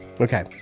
Okay